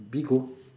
Bigo